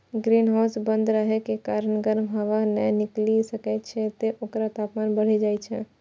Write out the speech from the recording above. greenhouse बंद रहै के कारण गर्म हवा नै निकलि सकै छै, तें ओकर तापमान बढ़ि जाइ छै